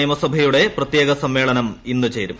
കേരള നിയമസഭയുടെ പ്രിത്യേക സമ്മേളനം ഇന്ന് ചേരും